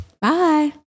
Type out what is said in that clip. Bye